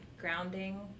grounding